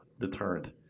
deterrent